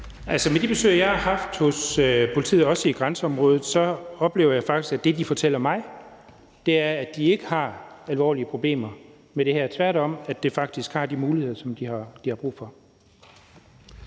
med de besøg, jeg har været på, hos politiet også i grænseområdet, oplever jeg faktisk, at det, de fortæller mig, er, at de ikke har alvorlige problemer med det her – men tværtom at de faktisk har de muligheder, som de har brug for.